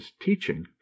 teaching